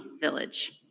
village